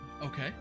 Okay